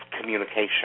communication